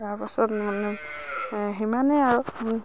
তাৰ পাছত মানে সিমানেই আৰু